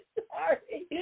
sorry